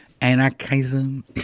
Anarchism